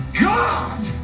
God